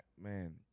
man